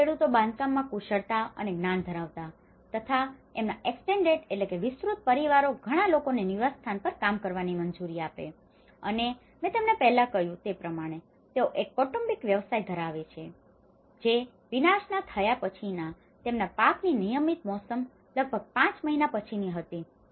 એક તો ખેડુતો બાંધકામમાં કુશળતા અને જ્ઞાન ધરાવતા હત તથા તેમના એક્સટેન્ડેડ extended વિસ્તૃત પરિવારો ઘણા લોકોને નિવાસસ્થાન પર કામ કરવાની મંજૂરી આપે છે અને મેં તમને પહેલા કહ્યું હતું તે પ્રમાણે તેઓ એક કૌટુંબિક વ્યવસાય ધરાવે છે જે વિનાશના થયાં પછીના તેમના પાકની નિયમિત મોસમ લગભગ 5 મહિના પછીની હતી